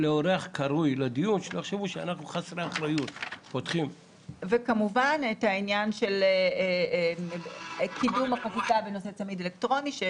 3) וכמובן קידום החקיקה בנושא צמיד אלקטרוני.